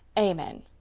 amen!